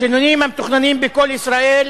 השינויים המתוכננים ב"קול ישראל",